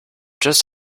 just